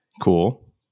Cool